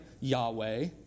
Yahweh